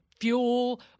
fuel